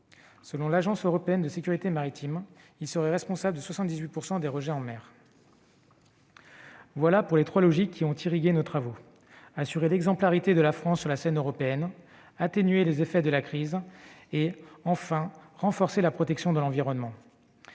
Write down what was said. Selon l'Agence européenne pour la sécurité maritime, ils seraient responsables de 78 % des rejets en mer. Telles sont les trois logiques qui ont irrigué nos travaux : assurer l'exemplarité de la France sur la scène européenne, atténuer les effets de la crise, renforcer la protection de l'environnement.